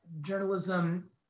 journalism